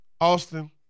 Austin